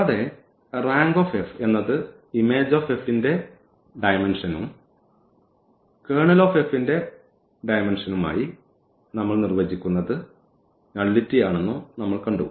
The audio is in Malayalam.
കൂടാതെ റാങ്ക് എന്നത് Im ന്റെ ഡയമെന്ഷനും Ker ന്റെ ഡയമെന്ഷനുയി നമ്മൾ നിർവചിക്കുന്നത് നള്ളിറ്റിയാണെന്നും നമ്മൾ കണ്ടു